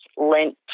lent